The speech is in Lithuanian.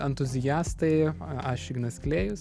entuziastai aš ignas klėjus